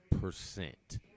percent